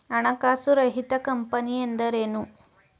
ಹಣಕಾಸು ರಹಿತ ಕಂಪನಿ ಎಂದರೇನು?